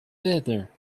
better